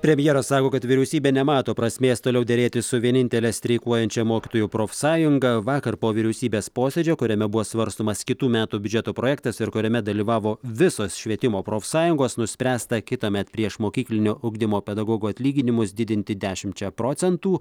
premjeras sako kad vyriausybė nemato prasmės toliau derėtis su vienintele streikuojančių mokytojų profsąjunga vakar po vyriausybės posėdžio kuriame buvo svarstomas kitų metų biudžeto projektas ir kuriame dalyvavo visos švietimo profsąjungos nuspręsta kitąmet priešmokyklinio ugdymo pedagogų atlyginimus didinti dešimčia procentų